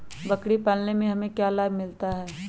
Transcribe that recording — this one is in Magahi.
बकरी पालने से हमें क्या लाभ मिलता है?